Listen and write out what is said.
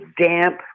damp